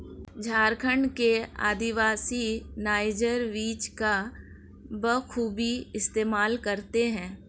झारखंड के आदिवासी नाइजर बीज का बखूबी इस्तेमाल करते हैं